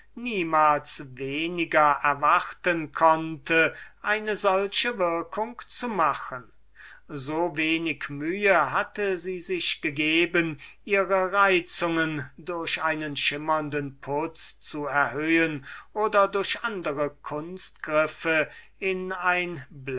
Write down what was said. niemals weniger erwarten konnte eine solche würkung zu machen so wenig mühe hatte sie sich gegeben durch einen schlauen putz ihre reizungen in ein